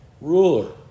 ruler